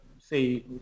say